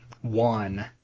One